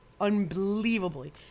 unbelievably